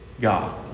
God